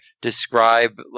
describe